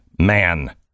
man